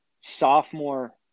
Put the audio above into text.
sophomore